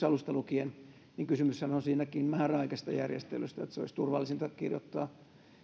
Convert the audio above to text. alusta lukien niin kysymyshän on siinäkin määräaikaisesta järjestelystä eli se olisi turvallisinta kirjoittaa